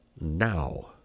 now